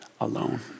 alone